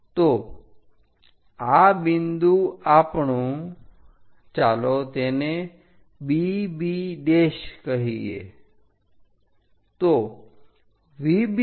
તો આ બિંદુ આપણું ચાલો તેને B B B બોલાવીએ